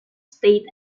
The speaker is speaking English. state